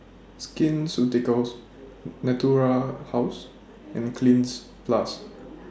Skin Ceuticals Natura House and Cleanz Plus